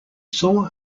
saw